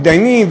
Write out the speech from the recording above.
ומתדיינים,